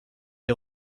est